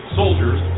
soldiers